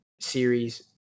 series